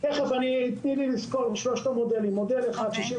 מאומת אחד נוסף או שני